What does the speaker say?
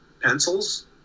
pencils